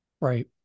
Right